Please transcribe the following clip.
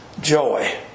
Joy